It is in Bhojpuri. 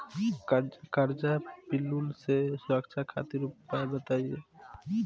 कजरा पिल्लू से सुरक्षा खातिर उपाय बताई?